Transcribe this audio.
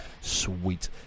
sweet